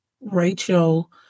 Rachel